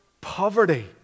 poverty